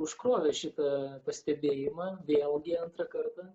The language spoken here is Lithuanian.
užkrovė šitą pastebėjimą vėlgi antrą kartą